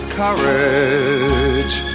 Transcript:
courage